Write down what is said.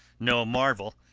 no marvel,